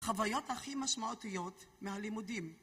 חוויות הכי משמעותיות מהלימודים